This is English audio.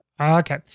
Okay